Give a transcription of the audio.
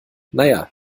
naja